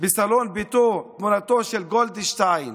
בסלון ביתו את תמונתו של גולדשטיין,